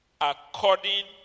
according